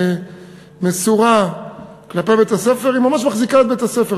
מסורה לבית-הספר ממש מחזיקה את בית-הספר,